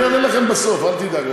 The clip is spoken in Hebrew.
אני אענה לכם בסוף, אל תדאג.